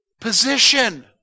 Position